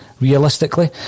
realistically